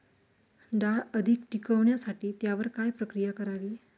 डाळ अधिक टिकवण्यासाठी त्यावर काय प्रक्रिया करावी?